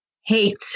hate